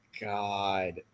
God